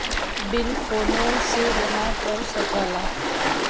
bill फोने से जमा कर सकला